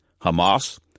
Hamas